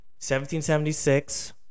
1776